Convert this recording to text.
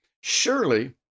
surely